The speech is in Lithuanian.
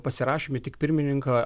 pasirašomi tik pirmininko